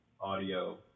audio